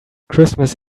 christmas